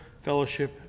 fellowship